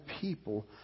people